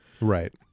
Right